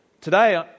Today